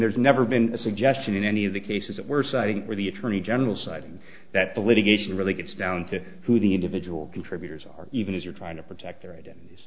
there's never been a suggestion in any of the cases that were citing the attorney general citing that the litigation really gets down to who the individual contributors are even as you're trying to protect their identities